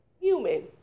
human